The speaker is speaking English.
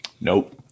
nope